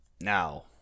Now